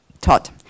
taught